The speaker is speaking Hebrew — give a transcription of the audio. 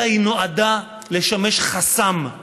אלא היא נועדה לשמש חסם,